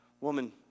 Woman